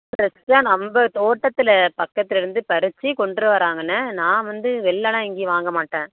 ஃப்ரெஷ்ஷாக நம்ப தோட்டத்தில் பக்கத்திலேருந்து பறிச்சு கொண்டு வராங்கண்ணே நான் வந்து வெளிலலாம் எங்கேயும் வாங்க மாட்டேன்